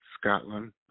Scotland